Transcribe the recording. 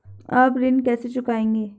आप ऋण कैसे चुकाएंगे?